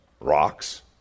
rocks